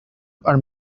are